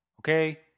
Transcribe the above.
Okay